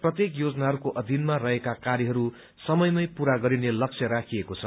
प्रत्येक योजनाहरूको अधिनमा रहेका कार्यहरू समयमै पूरा गरिने लक्ष्य राखिएको छ